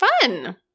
fun